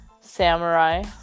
Samurai